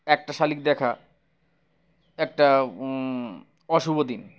একটা শালিক দেখা একটা অশুভ দিন